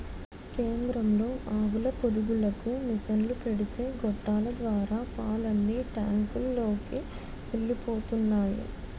కేంద్రంలో ఆవుల పొదుగులకు మిసన్లు పెడితే గొట్టాల ద్వారా పాలన్నీ టాంకులలోకి ఎలిపోతున్నాయి